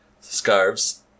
scarves